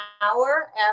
hour